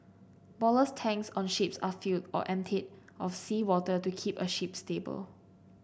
ballast tanks on ships are filled or emptied of seawater to keep a ship stable